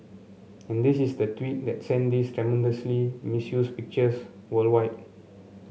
and this is the tweet that sent these tremendously misused pictures worldwide